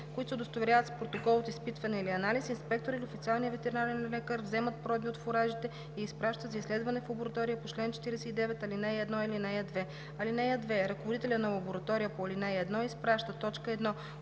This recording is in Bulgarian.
които се удостоверят с протокол от изпитване или анализ, инспекторът или официалния ветеринарен лекар взема проба от фуражите и я изпраща за изследване в лаборатория по чл. 49, ал. 1 или 2. (2) Ръководителят на лаборатория по ал. 1 изпраща: 1.